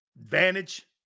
Advantage